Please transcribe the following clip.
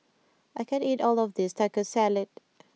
I can't eat all of this Taco Salad